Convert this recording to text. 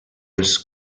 els